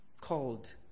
called